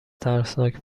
ترسناک